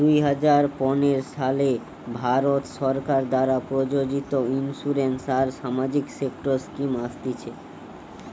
দুই হাজার পনের সালে ভারত সরকার দ্বারা প্রযোজিত ইন্সুরেন্স আর সামাজিক সেক্টর স্কিম আসতিছে